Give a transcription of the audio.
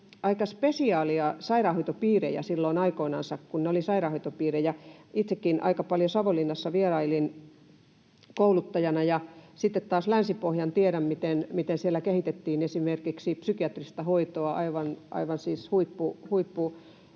aika spesiaaleja sairaanhoitopiirejä silloin aikoinansa, kun ne olivat sairaanhoitopiirejä. Itsekin aika paljon Savonlinnassa vierailin kouluttajana, ja sitten taas Länsi-Pohjan tiedän, miten siellä kehitettiin esimerkiksi psykiatrista hoitoa — aivan siis huippu